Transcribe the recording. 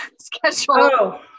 schedule